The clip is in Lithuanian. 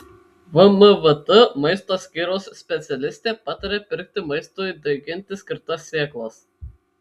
vmvt maisto skyriaus specialistė pataria pirkti maistui daiginti skirtas sėklas